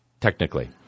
technically